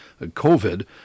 COVID